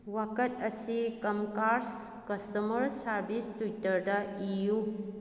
ꯋꯥꯀꯠ ꯑꯁꯤ Comcast customer service ꯇ꯭ꯋꯤꯇꯔꯗ ꯏꯌꯨ